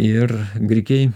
ir grikiai